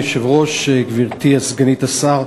אדוני היושב-ראש, תודה, גברתי סגנית השר,